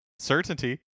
certainty